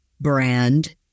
brand